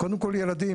קודם כל ילדים,